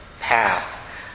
path